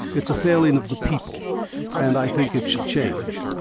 it's a failing of the people and i think it should change.